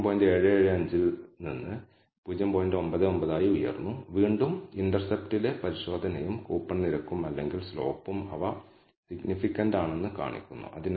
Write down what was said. നിങ്ങൾക്ക് β0 β1 എന്നിവയ്ക്കുള്ള confidence interval നിർമ്മിക്കാനും കഴിയും നിങ്ങൾ നേരത്തെ പറഞ്ഞതിൽ നിന്ന് ഇത് ഏകദേശം കണക്കാക്കിയതാണ് അല്ലെങ്കിൽ സ്റ്റാൻഡേർഡ് എററിന്റെ 2